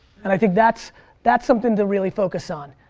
and i think that's that's something to really focus on.